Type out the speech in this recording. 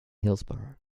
hillsboro